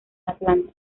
atlanta